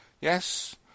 Yes